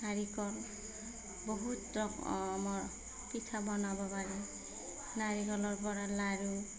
নাৰিকল বহুত ৰকমৰ পিঠা বনাব পাৰি নাৰিকলৰপৰা লাড়ু